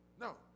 No